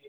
हां जी